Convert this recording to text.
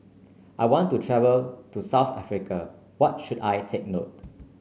I want to travel to South Africa what should I take note